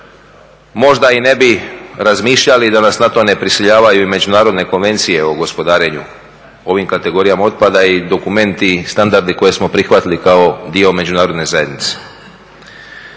možda i ne bi razmišljali da nas na to ne prisiljavaju i međunarodne konvencije o gospodarenju ovim kategorijama otpada i dokumenti i standardi koje smo prihvatili kao dio međunarodne zajednice,